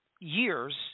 years